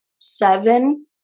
seven